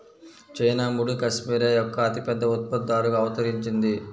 China ముడి cashmere యొక్క అతిపెద్ద ఉత్పత్తిదారుగా అవతరించింది